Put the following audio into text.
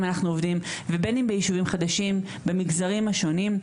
אנחנו כבר עובדים ובין אם בישובים חדשים ובמגזרים השונים.